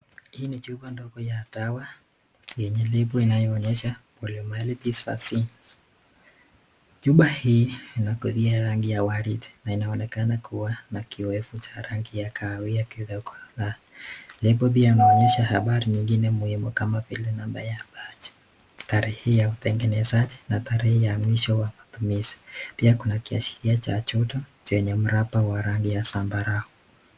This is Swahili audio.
Hii ni chupa ndogo ya dawa yenye lebo inayoonyesha poliomyelitis vaccine . Chumpa hii inakodhi rangi ya waridi na inaonekana kuwa na kiwevu cha rangi ya kahawia kidogo. Na lebo pia inaonyesha habari nyingine muhimu kama vile namba ya bachi, tarehe ya utengenezaji na tarehe ya mwisho wa matumizi. Pia kuna kiashiria cha joto chenye mraba wa rangi ya zambarau.